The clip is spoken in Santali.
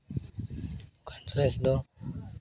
ᱱᱚᱝᱠᱟᱱ ᱰᱨᱮᱥ ᱫᱚ